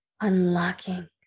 unlocking